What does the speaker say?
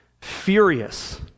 furious